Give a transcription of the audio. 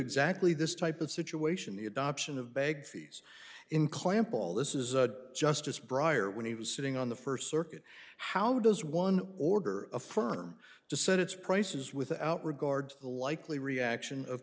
exactly this type of situation the adoption of bag fees in clamp all this is a justice brier when he was sitting on the first circuit how does one order a firm to send its prices without regard to the likely reaction of